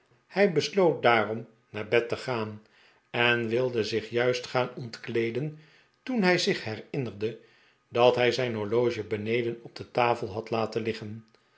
hij besloot daarom naar bed te gaan en wilde zich juist gaan ontkleeden toen hij zich herinnerde dat hij zijn horloge beneden op de tafel had laten liggen